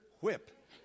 whip